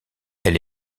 elle